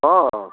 অঁ অঁ